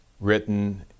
written